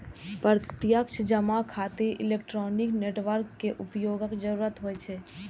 प्रत्यक्ष जमा खातिर इलेक्ट्रॉनिक नेटवर्क के उपयोगक जरूरत होइ छै